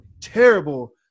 terrible